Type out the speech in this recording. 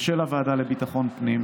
ושל הוועדה לביטחון פנים,